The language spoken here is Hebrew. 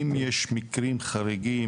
אם יש מקרים חריגים,